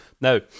Now